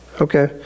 Okay